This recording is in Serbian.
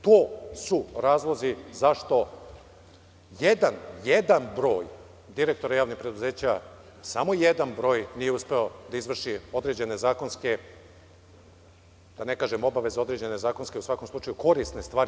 To su razlozi zašto jedan broj direktora javnih preduzeća, samo jedan broj nije uspeo da izvrši određene zakonske, da ne kažem obaveze, određene zakonske, u svakom slučaju korisne stvari.